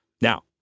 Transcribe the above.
Now